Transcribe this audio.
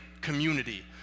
community